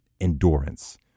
endurance